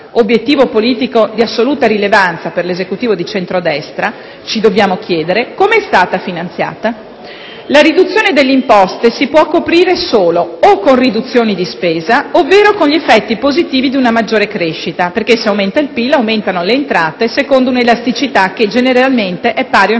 obiettivo politico di assoluta rilevanza per l'Esecutivo di centro destra, come è stata finanziata? La riduzione delle imposte si può coprire solo con riduzioni di spesa, ovvero con gli effetti positivi di una maggiore crescita: se aumenta il PIL, aumentano le entrate, secondo un'elasticità che generalmente è pari o